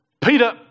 Peter